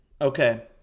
Okay